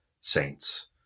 saints